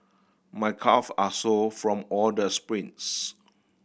my calve are sore from all the sprints